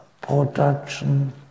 production